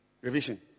Revision